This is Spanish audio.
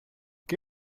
qué